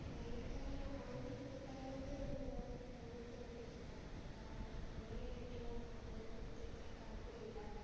നൈനക്കാരുടെ online കൂട്ടായ്മകളിലൊന്നും ഞാൻ അംഗത്വം എടുത്തിട്ടില്ല കാരണം ഓൺലൈൻ ആയിട്ടുള്ള വായന എനിക്കത്ര താൽപര്യമില്ല